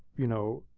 you know,